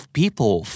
people